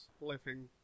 living